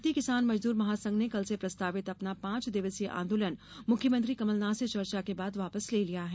भारतीय किसान मजदूर महासंघ ने कल से प्रस्तावित अपना पांच दिवसीय आंदोलन मुख्यमंत्री कमलनाथ से चर्चा के बाद वापस ले लिया है